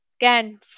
Again